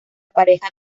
pareja